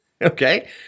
okay